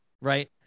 right